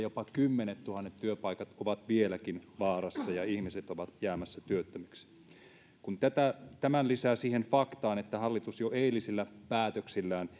jopa kymmenettuhannet työpaikat ovat vieläkin vaarassa ja ihmiset ovat jäämässä työttömiksi kun tämän lisää siihen faktaan että hallitus jo eilisillä päätöksillään